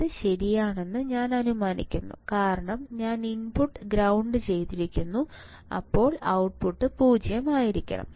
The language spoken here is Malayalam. ഇത് ശരിയാണെന്ന് ഞാൻ അനുമാനിക്കുന്നു കാരണം ഞാൻ ഇൻപുട്ട് ഗ്രൌണ്ട് ചെയ്തിരിക്കുന്നു അപ്പോൾ ഔട്ട്പുട്ട് പൂജ്യം ആയിരിക്കണം